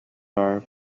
are